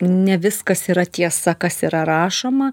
ne viskas yra tiesa kas yra rašoma